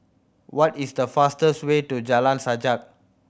what is the fastest way to Jalan Sajak